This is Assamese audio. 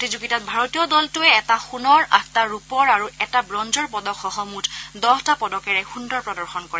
প্ৰতিযোগিতাত ভাৰতীয় দলটোৱে এটা সোণৰ আঠটা ৰূপৰ আৰু এটা ব্ৰঞ্জৰ পদকসহ মুঠ দহটা পদকেৰে সুন্দৰ প্ৰদৰ্শন কৰে